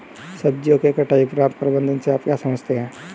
सब्जियों के कटाई उपरांत प्रबंधन से आप क्या समझते हैं?